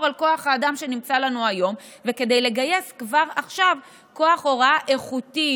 על כוח האדם שנמצא לנו היום וכדי לגייס כבר עכשיו כוח הוראה איכותי,